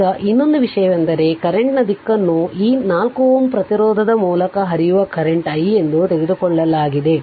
ಈಗ ಇನ್ನೊಂದು ವಿಷಯವೆಂದರೆ ಕರೆಂಟ್ನ ದಿಕ್ಕನ್ನುಈ 4 Ω ಪ್ರತಿರೋಧದ ಮೂಲಕ ಹರಿಯುವ ಕರೆಂಟ್ i ಎಂದು ತೆಗೆದುಕೊಳ್ಳಲಾಗಿದೆ